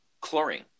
chlorine